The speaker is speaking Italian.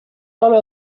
nome